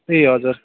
ए हजुर